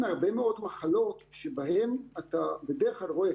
מהרבה מאוד מחלות שבהם אתה בדרך כלל רואה,